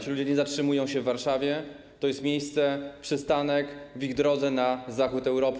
Ci ludzie nie zatrzymują się w Warszawie, to jest miejsce przystanek w ich drodze na zachód Europy.